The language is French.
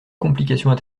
complications